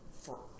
forever